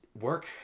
work